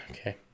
Okay